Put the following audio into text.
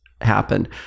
Happen